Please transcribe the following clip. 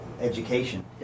education